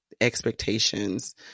expectations